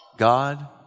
God